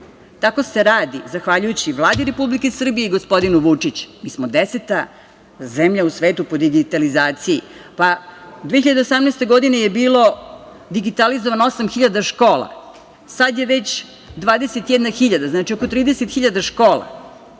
Tako se radi zahvaljujući Vladi Republike Srbije i gospodinu Vučiću. Mi smo 10. zemlja u svetu po digitalizaciji. Godine 2018. je bilo digitalizovano 8.000 škola, sad je već 21.000. Znači, oko 30.000 škola.